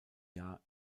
jahre